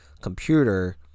computer